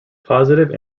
positive